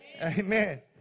amen